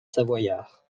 savoyards